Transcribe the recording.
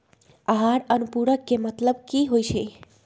आहार अनुपूरक के मतलब की होइ छई?